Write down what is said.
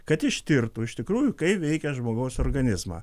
kad ištirtų iš tikrųjų kaip veikia žmogaus organizmą